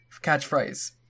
catchphrase